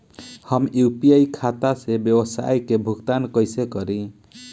हम यू.पी.आई खाता से व्यावसाय के भुगतान कइसे करि?